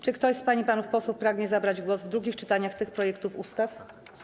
Czy ktoś z pań i panów posłów pragnie zabrać głos w drugim czytaniu tych projektów ustaw?